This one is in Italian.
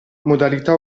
modalità